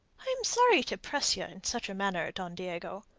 i am sorry to press you in such a matter, don diego,